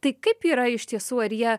tai kaip yra iš tiesų ar jie